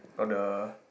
got the